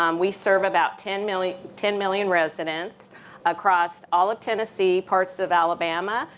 um we serve about ten million ten million residents across all of tennessee, parts of alabama,